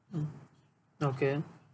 mm okay